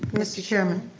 mr. chairman?